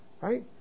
Right